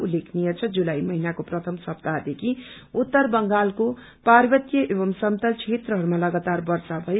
उल्लेखनीय छ जुलाई महिनाको प्रथम सप्ताहदेखि उत्तर बंगालको पार्वतीय एवम् समतल क्षेत्ररूमा लागातार वर्षा भयो